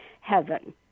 heaven